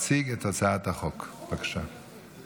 אני קובע כי הצעת חוק המקרקעין (תיקון מס'